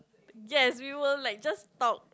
yes we will like just talk